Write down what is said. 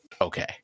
okay